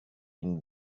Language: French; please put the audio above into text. une